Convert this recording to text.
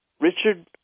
Richard